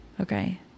Okay